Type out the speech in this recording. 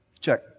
Check